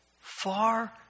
far